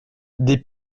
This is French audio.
des